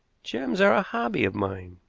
gems are a hobby of mine,